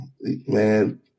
man